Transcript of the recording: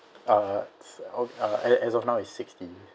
uh of uh as as of now is sixty